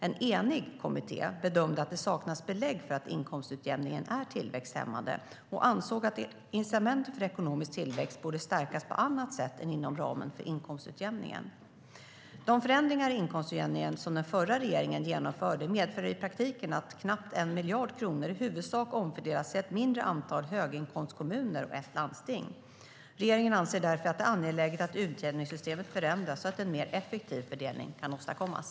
En enig kommitté bedömde att det saknas belägg för att inkomstutjämningen är tillväxthämmande och ansåg att incitamenten för ekonomisk tillväxt borde stärkas på annat sätt än inom ramen för inkomstutjämningen. De förändringar i inkomstutjämningen som den förra regeringen genomförde medför i praktiken att knappt 1 miljard kronor i huvudsak omfördelas till ett mindre antal höginkomstkommuner och ett landsting. Regeringen anser därför att det är angeläget att utjämningssystemet förändras så att en mer effektiv fördelning kan åstadkommas.